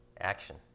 Action